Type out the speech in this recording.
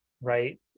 right